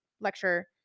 lecture